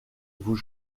vous